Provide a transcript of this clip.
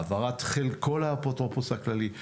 העברת חלקו לאפוטרופוס הכללי,